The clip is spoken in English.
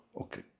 Okay